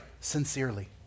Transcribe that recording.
sincerely